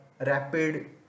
rapid